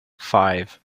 five